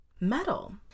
Metal